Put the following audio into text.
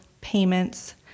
Payments